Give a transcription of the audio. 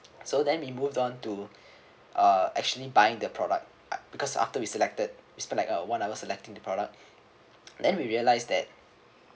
so then we move on to uh actually buying the product because after we selected we spend like uh one hour selecting the product then we realise that